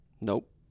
Nope